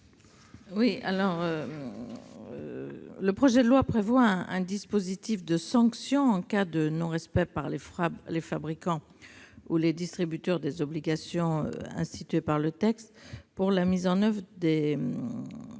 rapporteur. Le projet de loi prévoit un dispositif de sanction en cas de non-respect par les fabricants ou les distributeurs des obligations instituées par le texte pour la mise en oeuvre des